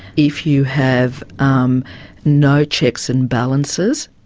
if you have um no checks and balances,